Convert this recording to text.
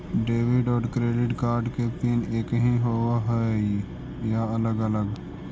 Debit और credit card के pin एकही होव हइ या अलग अलग?